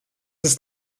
ist